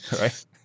Right